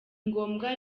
ngombwa